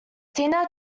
tina